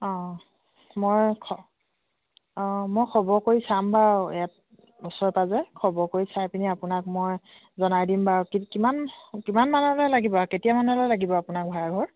অঁ মই খ অঁ মই খবৰ কৰি চাম বাৰু ইয়াত ওচৰ পাজৰে খবৰ কৰি চাই পিনি আপোনাক মই জনাই দিম বাৰু কিমান কিমানমানলৈ লাগিব কেতিয়ামানলৈ লাগিব আপোনাক ভাড়াঘৰ